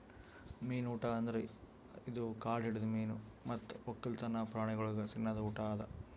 ಮೀನು ಊಟ ಅಂದುರ್ ಇದು ಕಾಡು ಹಿಡಿದ ಮೀನು ಮತ್ತ್ ಒಕ್ಕಲ್ತನ ಪ್ರಾಣಿಗೊಳಿಗ್ ತಿನದ್ ಊಟ ಅದಾ